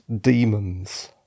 Demons